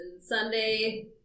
Sunday